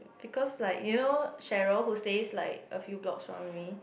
because like you know Cheryl who stays like a few blocks from me